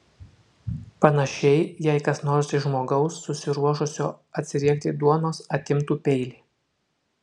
panašiai jei kas nors iš žmogaus susiruošusio atsiriekti duonos atimtų peilį